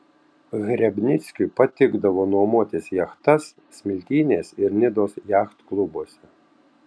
hrebnickiui patikdavo nuomotis jachtas smiltynės ir nidos jachtklubuose